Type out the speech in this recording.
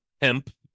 hemp